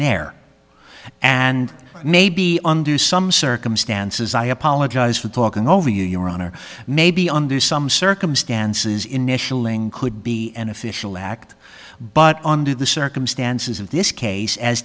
there and maybe undo some circumstances i apologize for talking over you your honor may be under some circumstances initialing could be an official act but under the circumstances of this case as